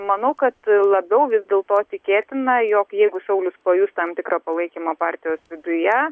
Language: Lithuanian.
manau kad labiau vis dėl to tikėtina jog jeigu saulius pajus tam tikrą palaikymą partijos viduje